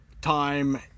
time